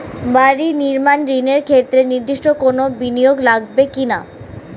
বাড়ি নির্মাণ ঋণের ক্ষেত্রে নির্দিষ্ট কোনো বিনিয়োগ লাগবে কি না?